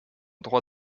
droit